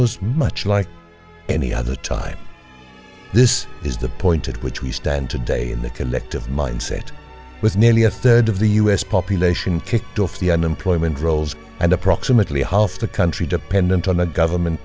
most much like any other time this is the point at which we stand today in the collective mindset with nearly a third of the us population kicked off the unemployment rolls and approximately half the country dependent on a government